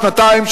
שנתיים,